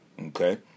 Okay